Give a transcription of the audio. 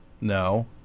No